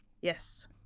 Yes